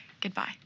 Goodbye